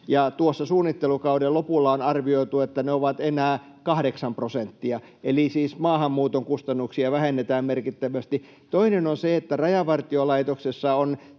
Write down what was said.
suunnittelukauden lopulla on arvioitu, että ne ovat enää kahdeksan prosenttia, eli siis maahanmuuton kustannuksia vähennetään merkittävästi. Toinen on se, että Rajavartiolaitoksessa